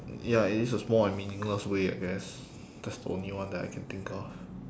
ya it is a small and meaningless way I guess that's the only one that I can think of